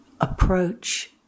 approach